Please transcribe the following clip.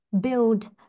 build